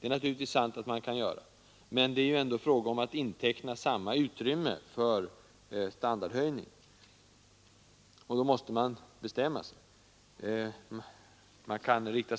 Det är naturligtvis sant, men det är dock fråga om att inteckna samma utrymme för standardhöjning och då måste man bestämma sig.